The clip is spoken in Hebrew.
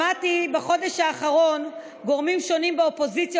שמעתי בחודש האחרון גורמים שונים באופוזיציה